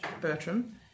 Bertram